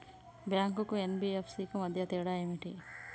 Bank కు NBFC కు మధ్య తేడా ఏమిటి?